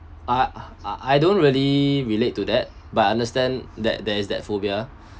I I don't really relate to that but I understand that there is that phobia